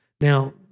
Now